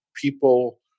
people